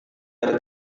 dari